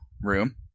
room